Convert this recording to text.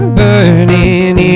burning